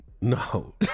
No